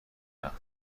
مقطع